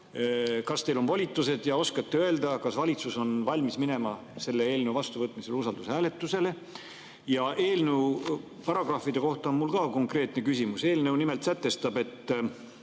liikmena on volitus ja kas oskate öelda, kas valitsus on valmis [siduma] selle eelnõu vastuvõtmise usaldushääletusega? Eelnõu paragrahvide kohta on mul ka konkreetne küsimus. Eelnõu nimelt sätestab, [et